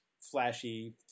flashy